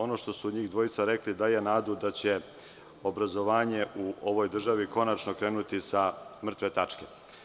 Ono što su njih dvojica rekli daje nadu da će obrazovanje u ovoj državi konačno krenuti sa mrtve tačke.